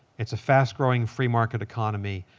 it's a fast growing free market economy.